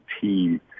team